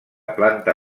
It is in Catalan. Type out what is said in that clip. planta